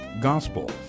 gospel